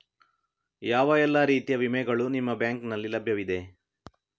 ಯಾವ ಎಲ್ಲ ರೀತಿಯ ವಿಮೆಗಳು ನಿಮ್ಮ ಬ್ಯಾಂಕಿನಲ್ಲಿ ಲಭ್ಯವಿದೆ?